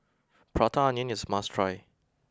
Prata Onion is a must try